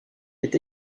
est